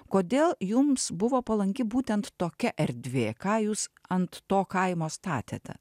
kodėl jums buvo palanki būtent tokia erdvė ką jūs ant to kaimo statėte